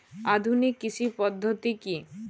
আধুনিক কৃষি পদ্ধতি কী?